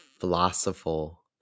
philosophical